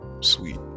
sweet